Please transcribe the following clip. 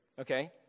Okay